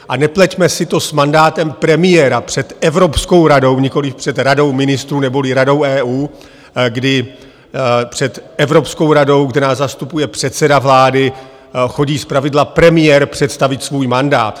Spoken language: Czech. A nepleťme si to s mandátem premiéra před Evropskou radou, nikoliv před Radou ministrů neboli Radou EU, kdy před Evropskou radou, kterou zastupuje předseda vlády, chodí zpravidla premiér představit svůj mandát.